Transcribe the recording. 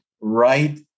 right